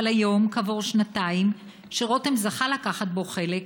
אבל היום, כעבור שנתיים שרותם זכה לקחת בו חלק,